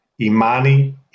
Imani